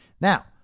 Now